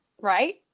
right